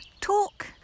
talk